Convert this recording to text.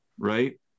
right